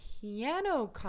piano